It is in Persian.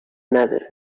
نداره